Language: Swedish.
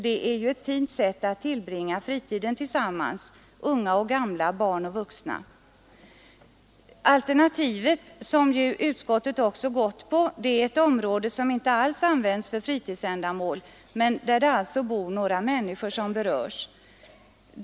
Det är ett fint sätt att tillbringa fritiden tillsammans, unga och gamla, barn och vuxna. Alternativet, som ju utskottet också gått in för, är ett område som inte alls används för fritidsändamål men där det alltså bor några människor som berörs.